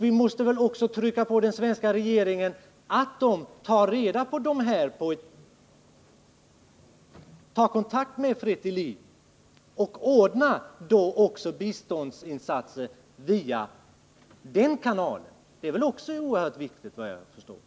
Vi måste trycka på att den svenska regeringen skall ta reda på dessa kanaler genom att ta kontakt med Fretilin.